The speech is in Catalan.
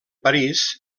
parís